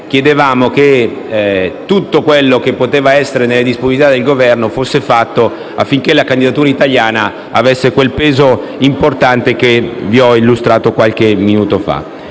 chiedevamo che tutto quanto poteva essere nelle disponibilità del Governo fosse fatto affinché la candidatura italiana avesse quel peso importante che vi ho illustrato qualche minuto fa.